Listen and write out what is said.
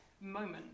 moment